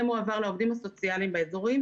זה מועבר לעובדים הסוציאליים באזורים,